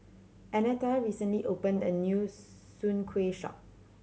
Annetta recently opened a new Soon Kuih shop